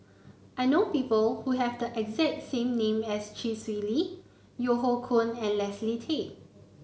I know people who have the exact same name as Chee Swee Lee Yeo Hoe Koon and Leslie Tay